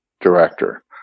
director